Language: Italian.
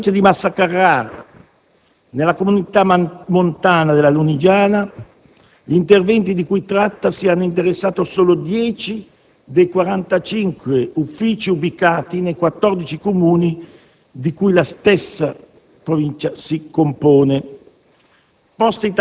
Nella Provincia di Massa Carrara, nella Comunità montana della Lunigiana, gli interventi di cui trattasi hanno interessato solo 10 dei 45 uffici ubicati nei 14 Comuni di cui la stessa Provincia si compone.